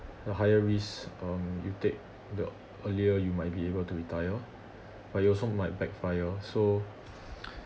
a higher risk um you take the earlier you might be able to retire but it also might backfire so